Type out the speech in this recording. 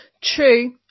True